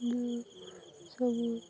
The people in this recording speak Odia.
ମୁଁ ସବୁ